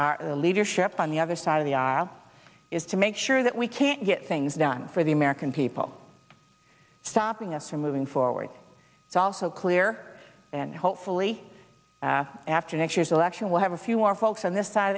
our leadership on the other side of the aisle is to make sure that we can't get things done for the american people stopping us from moving forward it's also clear and hopefully after next year's election we'll have a few more folks on this side